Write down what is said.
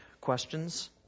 questions